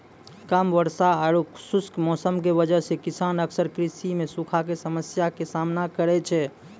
कम वर्षा आरो खुश्क मौसम के वजह स किसान अक्सर कृषि मॅ सूखा के समस्या के सामना करै छै